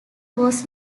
was